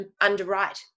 underwrite